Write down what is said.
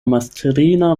mastrina